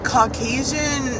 Caucasian